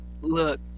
Look